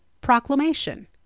Proclamation